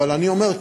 אבל אני אומר,